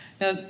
Now